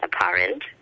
apparent